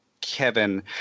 Kevin